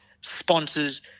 sponsors